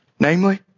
Namely